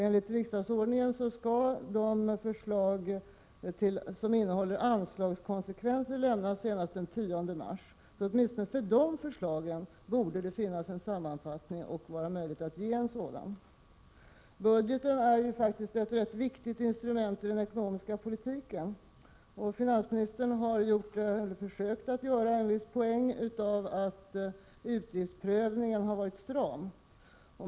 Enligt riksdagsordningen skall de förslag som innebär anslagskonsekvenser avlämnas senast den 10 mars. För de förslagen borde det åtminstone finnas en sammanfattning, och det borde vara möjligt att ge en sådan. Budgeten är faktiskt ett viktigt instrument i den ekonomiska politiken. Finansministern har gjort, eller har försökt göra, en viss poäng av att utgiftsprövningen har varit stram.